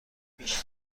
پیش